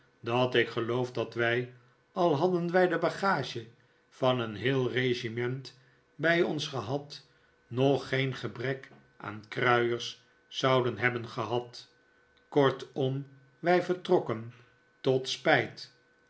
dat ik geloof dat wij al hadden wij de bagage van een heel regiment bij ons gehad nog geen gebrek aan kruiers zouden hebben gehad kortom wij vertrokken tot spijt